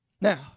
Now